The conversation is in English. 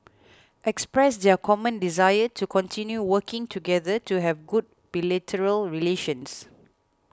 expressed their common desire to continue working together to have good bilateral relations